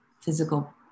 physical